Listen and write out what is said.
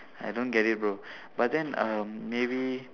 I don't get it bro but then uh maybe